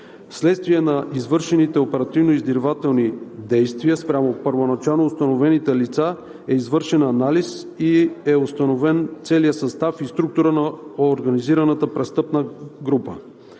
Вследствие на извършените оперативно-издирвателни действия спрямо първоначално установените лица е извършен анализ и е установен целият състав и структура на организираната престъпна група.